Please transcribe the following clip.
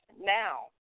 now